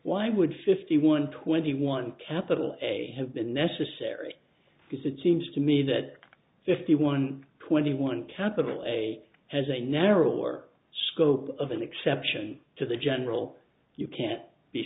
why would fifty one twenty one capital a have been necessary because it seems to me that fifty one twenty one capital a has a narrower scope of an exception to the general you can't be